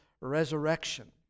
resurrection